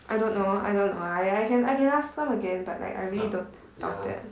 I don't know I don't know I I can last them again but like I really don't about that